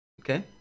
Okay